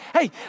hey